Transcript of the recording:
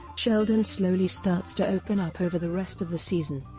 sheldon slowly starts to open up over the rest of the season,